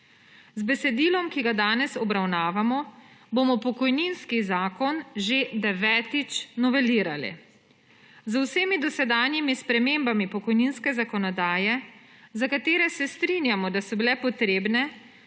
Z besedilom, ki ga danes obravnavamo, bomo pokojninski zakon že devetič novelirali. Z vsemi dosedanjimi spremembami pokojninske zakonodaje, za katere se strinjamo, da so bile potrebne,